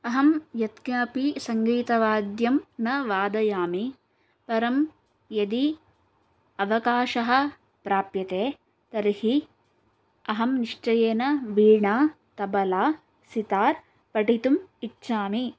अहं यत्किमपि सङ्गीतवाद्यं न वादयामि परं यदि अवकाशः प्राप्यते तर्हि अहं निश्चयेन वीणा तबला सितार् पठितुम् इच्छामि